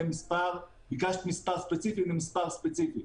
וזה מספר ספציפי כפי שביקשת.